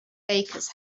bakers